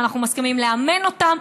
אנחנו מסכימים לאמן אותם,